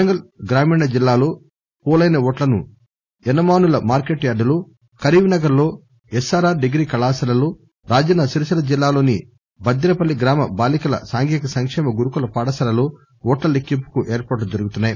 వరంగల్ గ్రామీణ జిల్లాలో పోలైన ఓట్లను ఎనుమానుల మార్కెట్ యార్డులో కరీంనగర్ లో ఎస్ఆర్ఆర్ డిగ్రీ కళాశాలలో రాజన్న సిరిసిల్ల జిల్లాలోని బద్దెనపల్లి గ్రామ బాలికల సాంఘిక సంకేమ గురుకుల పాఠశాలలో ఓట్లలెక్కింపుకు ఏర్పాట్లు జరుగుతున్నాయి